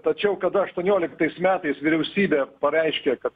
tačiau kada aštuonioliktais metais vyriausybė pareiškė kad